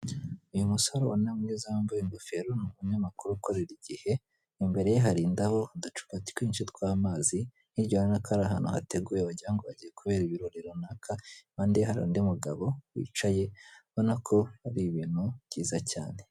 Uyu musore ubona mwiza wambaye ingofero ni umunyamakuru ukorera igihe imbere ye hari indabo, uducupa twinshi tw'amazi hirya urabona ko ari ahantu hateguye wagirango hagiye kubera ibirori runaka . Impande ye hari undi umugabo wicaye urabona ko ari ibintu byiza cyane.